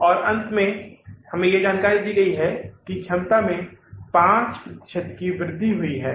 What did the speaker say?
और अंत में हमें जानकारी दी गई है कि क्षमता में 5 प्रतिशत की वृद्धि हुई है